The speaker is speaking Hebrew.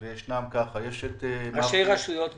יש גם ראשי רשויות בדירקטוריון?